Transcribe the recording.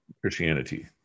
Christianity